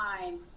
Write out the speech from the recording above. time